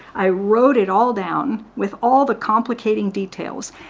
i wrote it all down with all the complicating details.